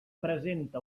presenta